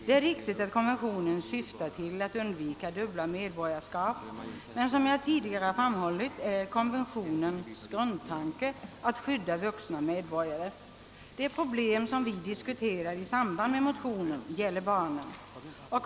Det är riktigt att konventionen syftar till att undvika dubbla medborgarskap, men som jag tidigare framhållit är konventionens grundtanke att skydda vuxna medborgare. Det problem som vi diskuterar i samband med motionen gäller barnen.